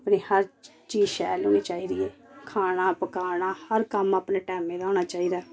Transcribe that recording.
अपने हर चीज शैल होनी चाहिदी ऐ खाना पकाना हर कम्म अपने टैमें दा होना चाहिदा